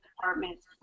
departments